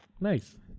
Nice